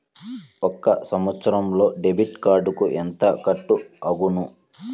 ఒక సంవత్సరంలో డెబిట్ కార్డుకు ఎంత కట్ అగును?